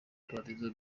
paradizo